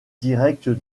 directe